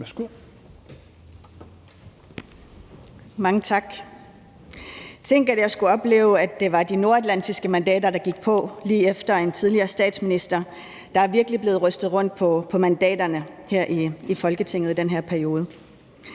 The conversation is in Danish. (IA) : Mange tak. Tænk, at jeg skulle opleve, at det var de nordatlantiske mandater, der gik på lige efter en tidligere statsminister. Der er virkelig blevet rystet rundt på mandaterne her i Folketinget i den her periode.